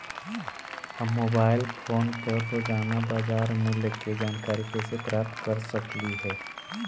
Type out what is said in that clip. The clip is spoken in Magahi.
हम मोबाईल फोन पर रोजाना बाजार मूल्य के जानकारी कैसे प्राप्त कर सकली हे?